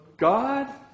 God